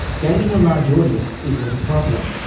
gaining a large audience isn't a problem.